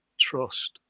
trust